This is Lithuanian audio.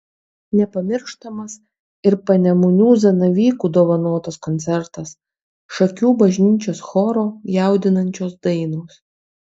nepamirštamas ir panemunių zanavykų dovanotas koncertas šakių bažnyčios choro jaudinančios dainos